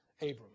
Abram